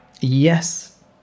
yes